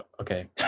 Okay